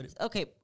Okay